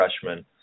freshman